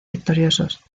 victoriosos